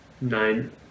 nine